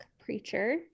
preacher